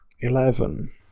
Eleven